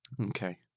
Okay